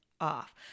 off